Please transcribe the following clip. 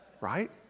right